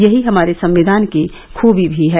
यही हमारे संविधान की खूबी भी है